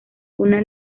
una